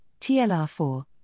TLR4